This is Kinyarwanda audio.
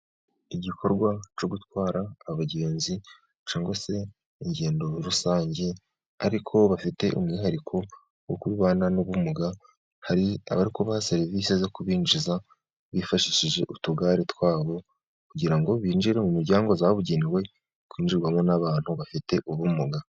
Igikorwa cyo gutwara abagenzi cyangwa se ingendo rusange, ariko bafite umwihariko wo kubana n'ubumuga, hari abaha serivisi zo kubinjiza bifashishije utugare twabo, kugira ngo binjire mu muryango wabugenewe kwinjirwamo n'abantu bafite ubumuga.